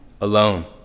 alone